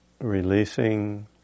releasing